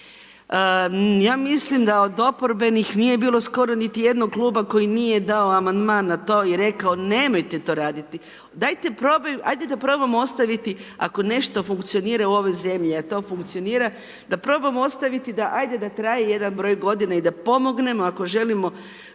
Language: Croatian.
Ja mislim da od oporbenih nije bilo skoro niti jednog kluba koji nije dao amandman na to i rekao nemojte to raditi, ajde da probamo ostaviti ako nešto funkcionira u ovoj zemlji, a to funkcionira, da probamo ostaviti